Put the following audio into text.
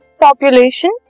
population